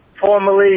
formerly